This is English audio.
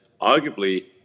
arguably